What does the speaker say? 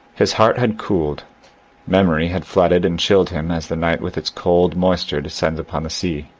his heart had cooled memory had flooded and chilled him as the night with its cold moisture descends upon the sea.